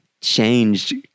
changed